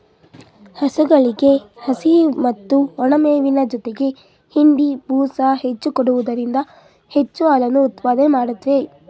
ಹಸುಗಳಿಗೆ ಹಸಿ ಮತ್ತು ಒಣಮೇವಿನ ಜೊತೆಗೆ ಹಿಂಡಿ, ಬೂಸ ಹೆಚ್ಚು ಕೊಡುವುದರಿಂದ ಹೆಚ್ಚು ಹಾಲನ್ನು ಉತ್ಪಾದನೆ ಮಾಡುತ್ವೆ